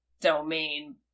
domain